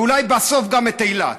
ואולי בסוף גם את אילת.